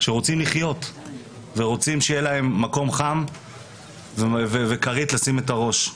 שרוצים לחיות ושיהיה להם מקום חם וכרית לשים את הראש.